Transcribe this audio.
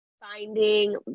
finding